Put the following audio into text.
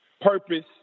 purpose